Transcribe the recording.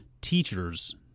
teachers